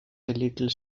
little